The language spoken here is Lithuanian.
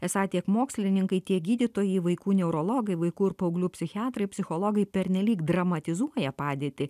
esą tiek mokslininkai tiek gydytojai vaikų neurologai vaikų ir paauglių psichiatrai psichologai pernelyg dramatizuoja padėtį